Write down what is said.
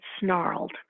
snarled